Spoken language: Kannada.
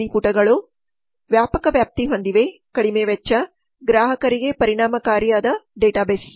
ಹಳದಿ ಪುಟಗಳು ವ್ಯಾಪಕ ವ್ಯಾಪ್ತಿ ಕಡಿಮೆ ವೆಚ್ಚ ಗ್ರಾಹಕರಿಗೆ ಪರಿಣಾಮಕಾರಿ ಡೇಟಾಬೇಸ್